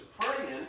praying